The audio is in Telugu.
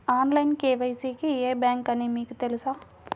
ఆన్లైన్ కే.వై.సి కి ఏ బ్యాంక్ అని మీకు తెలుసా?